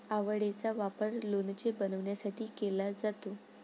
आवळेचा वापर लोणचे बनवण्यासाठी केला जातो